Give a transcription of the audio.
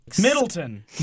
Middleton